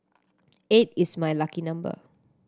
eight is my lucky number